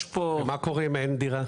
מה קורה אם אין דירה?